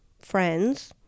friends